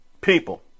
People